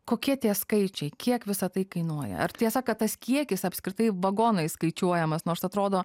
kokie tie skaičiai kiek visa tai kainuoja ar tiesa kad tas kiekis apskritai vagonais skaičiuojamas nors atrodo